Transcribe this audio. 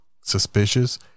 suspicious